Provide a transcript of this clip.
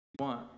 One